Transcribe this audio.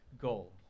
goal